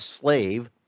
slave